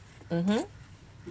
mmhmm